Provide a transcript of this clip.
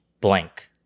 blank